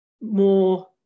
more